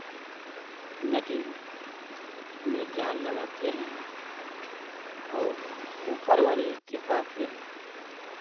नदी में जाल लगाते हैं और ऊपर वाले की कृपा से